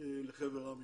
לחבר העמים.